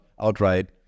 outright